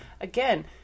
again